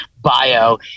bio